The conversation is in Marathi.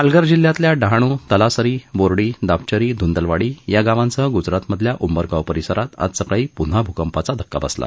पालघर जिल्ह्यातल्या डहाणू तळासरी बोर्डी दापचरी धुंदलवाडी या गावांसह गुजरातमधल्या उंबरगाव परिसरात आज सकाळी पुन्हा भूकंपाचा धक्का बसला